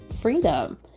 freedom